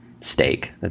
Steak